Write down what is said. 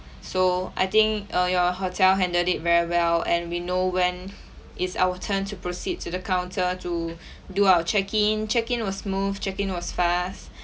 so I think uh your hotel handled it very well and we know when it's our turn to proceed to the counter to do our check in check in was smooth check in was fast